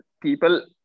People